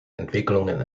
entwicklungen